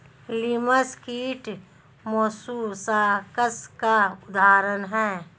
लिमस कीट मौलुसकास का उदाहरण है